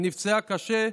היא נפצעה קשה,